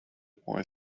boy